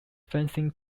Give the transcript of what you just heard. fencing